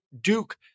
Duke